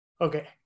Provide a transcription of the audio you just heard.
Okay